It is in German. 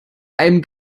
einem